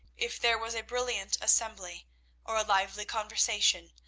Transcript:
if there was a brilliant assembly or a lively conversation,